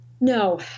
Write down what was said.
No